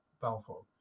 Balfour